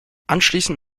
anschließend